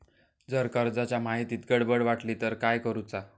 जर कर्जाच्या माहितीत गडबड वाटली तर काय करुचा?